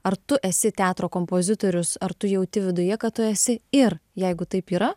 ar tu esi teatro kompozitorius ar tu jauti viduje kad tu esi ir jeigu taip yra